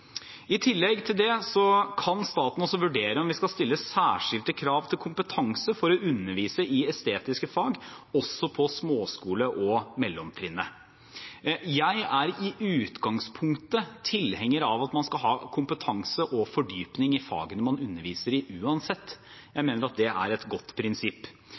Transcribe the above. I tillegg til det kan staten vurdere om vi skal stille særskilte krav til kompetanse for å undervise i estetiske fag også på småskole- og mellomtrinnet. Jeg er i utgangspunktet tilhenger av at man skal ha kompetanse og fordypning i fagene man underviser i, uansett. Jeg mener at det er et godt prinsipp.